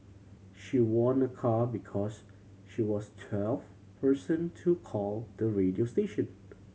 she won a car because she was twelfth person to call the radio station